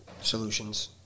solutions